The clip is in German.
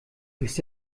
bist